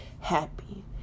happy